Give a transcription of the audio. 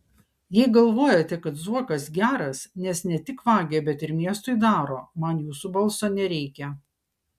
jei galvojate kad zuokas geras nes ne tik vagia bet ir miestui daro man jūsų balso nereikia